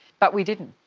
but we didn't.